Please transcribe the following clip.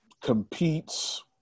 competes